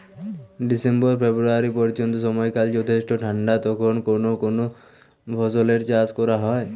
December February পর্যন্ত সময়কাল যথেষ্ট ঠান্ডা তখন কোন কোন ফসলের চাষ করা হয়?